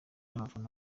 n’abafana